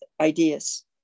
ideas